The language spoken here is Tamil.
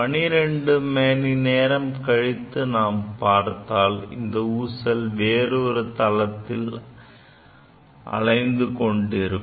12 மணி நேரம் கழித்து நாம் பார்த்தால் இந்த ஊசல் வேறொரு தளத்தில் அலைந்து கொண்டிருக்கும்